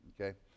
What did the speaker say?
Okay